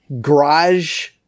garage